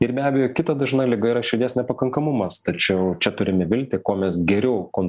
ir be abejo kita dažna liga yra širdies nepakankamumas tačiau čia turime viltį kuo mes geriau kon